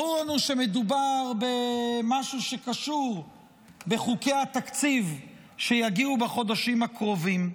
ברור לנו שמדובר במשהו שקשור בחוקי התקציב שיגיעו בחודשים הקרובים,